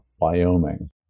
Wyoming